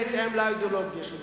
זה בהתאם לאידיאולוגיה שלו.